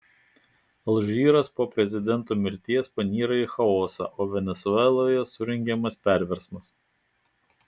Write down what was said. alžyras po prezidento mirties panyra į chaosą o venesueloje surengiamas perversmas